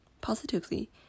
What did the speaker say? Positively